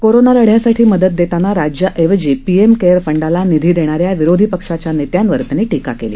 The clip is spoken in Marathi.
कोरोना लढ़यासाठी मदत देताना राज्याऐवजी पीएम केअर फंडाला निधी देणाऱ्या विरोधी पक्षाच्या नेत्यांवर त्यांनी टीका केली